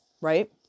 right